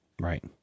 Right